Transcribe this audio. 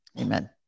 Amen